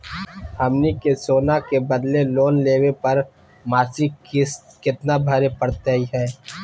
हमनी के सोना के बदले लोन लेवे पर मासिक किस्त केतना भरै परतही हे?